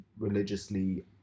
religiously